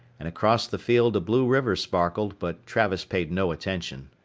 and across the field a blue river sparkled, but travis paid no attention.